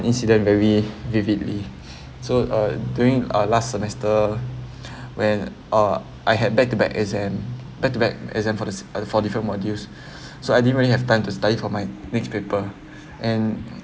incident very vividly so uh during our last semester when uh I had back to back exam back to back exam for the uh for different modules so I didn't really have time to study for my next paper and